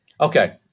Okay